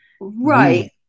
Right